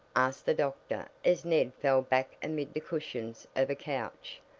asked the doctor as ned fell back amid the cushions of a couch.